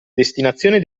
destinazione